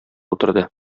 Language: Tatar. утырды